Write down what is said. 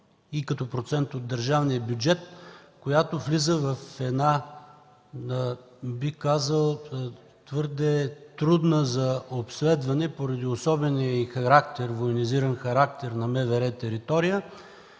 и като процент от държавния бюджет, която влиза в една, бих казал, твърде трудна територия за обследване поради особения и военизиран характер на МВР.